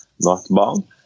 northbound